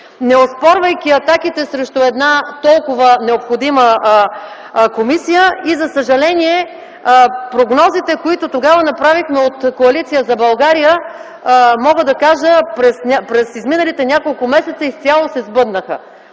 неоспорвайки атаките срещу една толкова необходима комисия. За съжаление, прогнозите, които тогава направихме от Коалиция за България, мога да кажа, че през изминалите няколко месеца изцяло се сбъднаха.